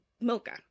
Mocha